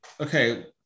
Okay